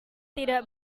tidak